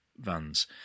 vans